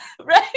right